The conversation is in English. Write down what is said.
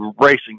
racing